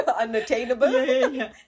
unattainable